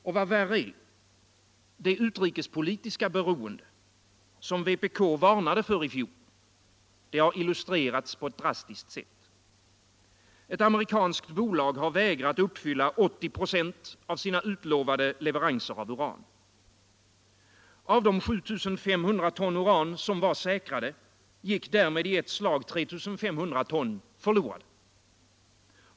Vad värre är — det utrikespolitiska beroende som vpk varnade för i fjor har illustrerats på ett drastiskt sätt. Ett amerikanskt bolag har vägrat uppfylla 80 96 av sina utlovade leveranser av uran. Av de 7 500 ton uran som var säkrade gick därmed 3 500 ton förlorade.